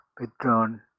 withdrawn